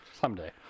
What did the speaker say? Someday